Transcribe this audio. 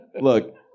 look